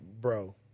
bro